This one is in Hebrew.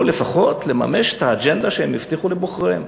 לפחות לממש את האג'נדה שהם הבטיחו לבוחריהם